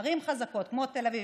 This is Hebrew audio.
ערים חזקות כמו תל אביב,